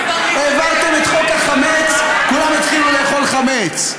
העברתם את חוק החמץ, כולם התחילו לאכול חמץ.